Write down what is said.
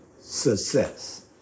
success